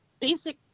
basic